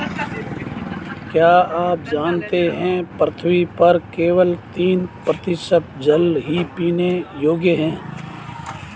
क्या आप जानते है पृथ्वी पर केवल तीन प्रतिशत जल ही पीने योग्य है?